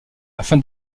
afin